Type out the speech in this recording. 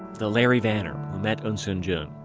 the larry vanner who met eunsoon jun,